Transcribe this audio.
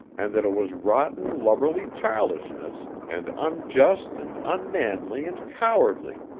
and that it was rotten lubberly childishness, and unjust and unmanly and cowardly,